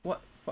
what